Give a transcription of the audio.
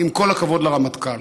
עם כל הכבוד לרמטכ"ל.